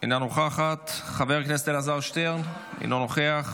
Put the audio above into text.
אינה נוכחת, חבר הכנסת אלעזר שטרן, אינו נוכח,